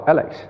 Alex